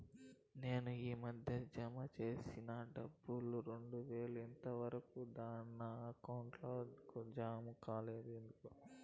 నేను ఈ మధ్య జామ సేసిన డబ్బులు రెండు వేలు ఇంతవరకు దాకా నా అకౌంట్ కు జామ కాలేదు ఎందుకు?